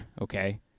okay